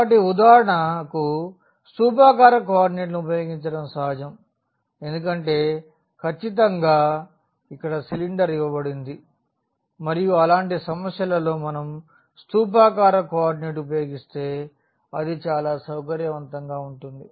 కాబట్టి ఉదాహరణకు స్థూపాకార కోఆర్డినేట్ లను ఉపయోగించడం సహజం ఎందుకంటే ఖచ్చితంగా ఇక్కడ సిలిండర్ ఇవ్వబడింది మరియు అలాంటి సమస్యలలో మనం స్థూపాకార కోఆర్డినేట్ ఉపయోగిస్తే అది చాలా సౌకర్యవంతంగా ఉంటుంది